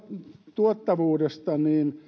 tuottavuudesta